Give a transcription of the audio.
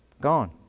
Gone